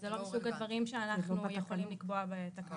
זה לא מסוג הדברים שאנחנו יכולים לקבוע בתקנות.